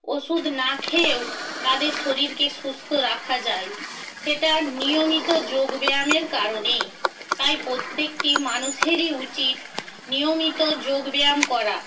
ওষুদ না খেয়েও তাদের শরীরকে সুস্থ রাখা যায় সেটা নিয়মিত যোগব্যায়ামের কারণেই তাই প্রত্যেকটি মানুষেরই উচিত নিয়মিত যোগব্যায়াম করা